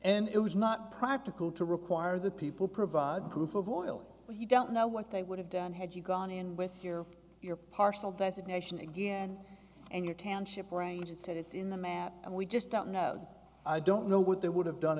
and it was not practical to require that people provide proof of oil or you don't know what they would have done had you gone in with your your parcel designation again and your township range and set it in the map and we just don't know i don't know what they would have done